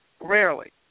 Rarely